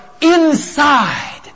inside